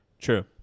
True